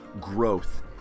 growth